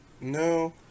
No